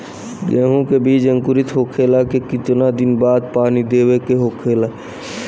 गेहूँ के बिज अंकुरित होखेला के कितना दिन बाद पानी देवे के होखेला?